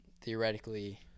theoretically